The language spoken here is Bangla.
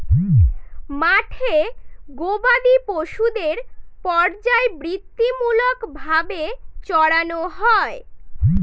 মাঠে গোবাদি পশুদের পর্যায়বৃত্তিমূলক ভাবে চড়ানো হয়